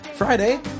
Friday